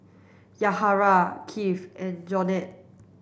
Yahaira Kieth and Jonell